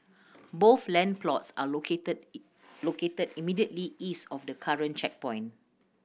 both land plots are located located immediately east of the current checkpoint